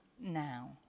now